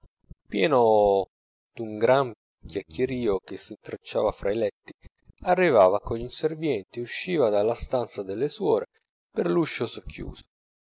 pieno d'un gran chiacchierio che s'intrecciava fra i letti arrivava con gl'inservienti usciva dalla stanza delle suore per l'uscio socchiuso